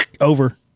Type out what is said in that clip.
over